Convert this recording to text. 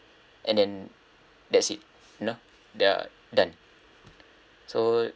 and then that's it you know the done so